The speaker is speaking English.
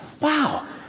Wow